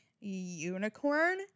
unicorn